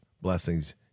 Blessings